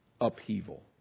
upheaval